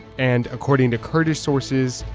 and according to kurdish sources,